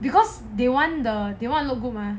because they want the they want to look good mah